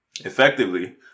effectively